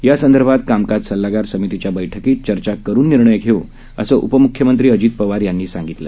यासंदर्भातकामकाजसल्लागारसमितीच्याबैठकीतचर्चाकरुननिर्णयघेऊ असंउपम्ख्यमंत्रीअजितपवारयांनीसांगितलं